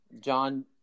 John